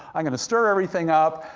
i'm gonna stir everything up,